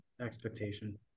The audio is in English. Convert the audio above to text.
expectation